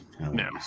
no